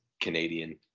Canadian